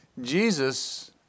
Jesus